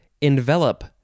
envelop